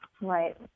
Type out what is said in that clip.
Right